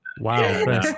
wow